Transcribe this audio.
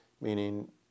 Meaning